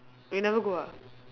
you never go ah